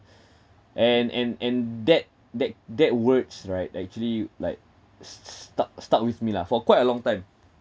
and and and that that that words right actually like s~ s~ stuck stuck with me lah for quite a long time